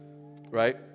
right